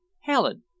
Helen